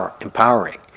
empowering